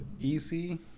easy